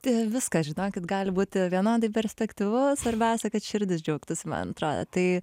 tai viskas žinokit gali būti vienodai perspektyvu svarbiausia kad širdis džiaugtųsi man atrodo tai